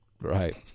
Right